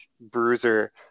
bruiser